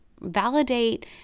Validate